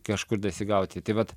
kažkur dasigauti tai vat